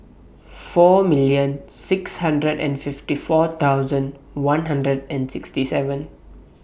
four million six hundred and fifty four thousand one hundred and sixty seven